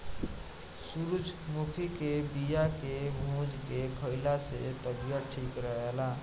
सूरजमुखी के बिया के भूंज के खाइला से तबियत ठीक रहेला